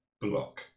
Block